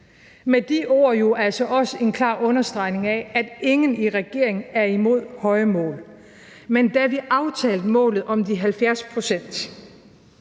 Med de ord jo altså også en klar understregning af, at ingen i regeringen er imod høje mål, men da vi aftalte målet om de 70 pct.,